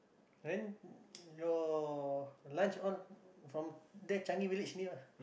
then your lunch on from there Changi Village near ah